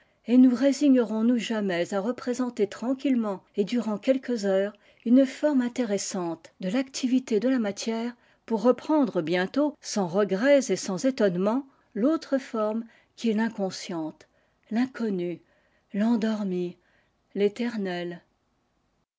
et nous résignerons nous jamais à représenter tranquillement et durant quelques heures une forme intéressante de l'activité de la matière pour reprendre bientôt sans regrets et sans étonnement l'autre forme qui est l'inconsciente tinconnue tendormie l'éternelle